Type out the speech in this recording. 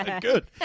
Good